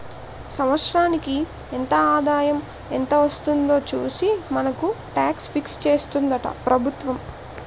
సంవత్సరానికి ఎంత ఆదాయం ఎంత వస్తుందో చూసి మనకు టాక్స్ ఫిక్స్ చేస్తుందట ప్రభుత్వం